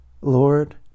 Lord